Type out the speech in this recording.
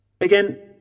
again